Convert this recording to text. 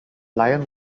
lion